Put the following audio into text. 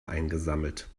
eingesammelt